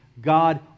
God